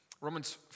Romans